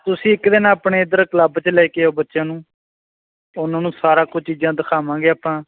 ਤੁਸੀਂ ਇੱਕ ਦਿਨ ਆਪਣੇ ਇੱਧਰ ਕਲੱਬ 'ਚ ਲੈ ਕੇ ਆਓ ਬੱਚਿਆਂ ਨੂੰ ਉਹਨਾਂ ਨੂੰ ਸਾਰਾ ਕੁਝ ਚੀਜ਼ਾਂ ਦਿਖਾਵਾਂਗੇ ਆਪਾਂ